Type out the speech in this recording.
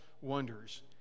wonders